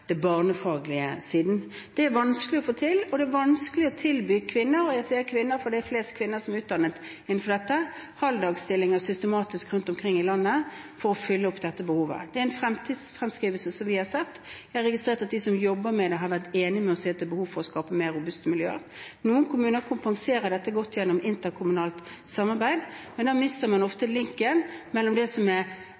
barnefaglige siden. Det er vanskelig å få til, og det er vanskelig å tilby kvinner – og jeg sier kvinner fordi det er flest kvinner som er utdannet innenfor dette – halvdagsstillinger systematisk rundt omkring i landet for å fylle opp dette behovet. Det er en fremtidsfremskrivelse som vi har sett. Jeg har registrert at de som jobber med dette, har vært enig med oss i at det er behov for å skape mer robuste miljøer. Noen kommuner kompenserer dette godt gjennom interkommunalt samarbeid, men da mister man ofte